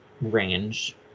range